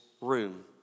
room